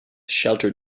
shelter